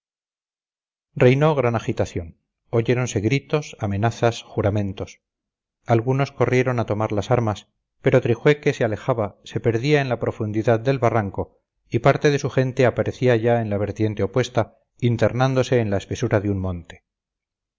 reinó gran agitación oyéronse gritos amenazas juramentos algunos corrieron a tomar las armas pero trijueque se alejaba se perdía en la profundidad del barranco y parte de su gente aparecía ya en la vertiente opuesta internándose en la espesura de un monte